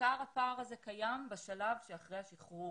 עיקר הפער הזה קיים בשלב שאחרי השחרור.